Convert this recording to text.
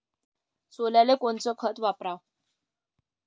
सोल्याले कोनचं खत वापराव?